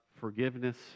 forgiveness